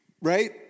Right